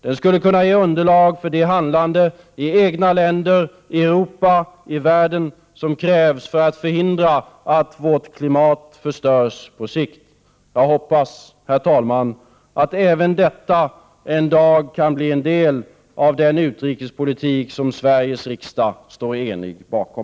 Det skulle kunna ge underlag för det handlande — i egna länder, i Europa, i världen — som krävs för att förhindra att vårt klimat förstörs på sikt. Jag hoppas, herr talman, att även detta en dag kan bli en del av den utrikespolitik som Sveriges riksdag står enig bakom.